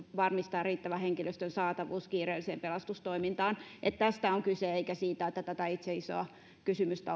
varmistaa riittävä henkilöstön saatavuus kiireelliseen pelastustoimintaan tästä on kyse eikä siitä että itse tätä isoa kysymystä